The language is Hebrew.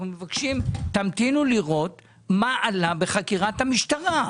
שתמתינו לראות מה עלה בחקירת המשטרה.